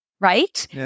right